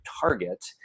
target